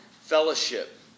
fellowship